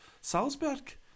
Salzburg